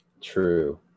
true